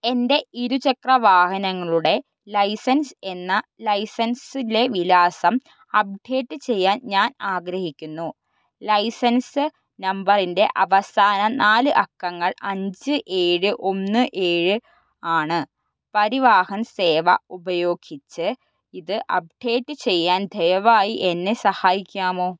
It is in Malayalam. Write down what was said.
എൻ്റെ ഇരുചക്രവാഹനങ്ങളുടെ ലൈസൻസ് എന്ന ലൈസൻസിലെ വിലാസം അപ്ഡേറ്റ് ചെയ്യാൻ ഞാൻ ആഗ്രഹിക്കുന്നു ലൈസൻസ് നമ്പറിൻ്റെ അവസാന നാല് അക്കങ്ങൾ അഞ്ച് ഏഴ് ഒന്ന് ഏഴ് ആണ് പരിവാഹൻ സേവ ഉപയോഗിച്ചു ഇത് അപ്ഡേറ്റ് ചെയ്യാൻ ദയവായി എന്നെ സഹായിക്കാമൊ